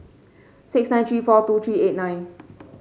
six nine three four two three eight nine